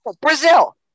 Brazil